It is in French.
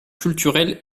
culturelles